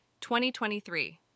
2023